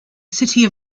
city